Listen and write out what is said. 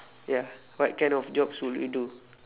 ya what kind of jobs would you do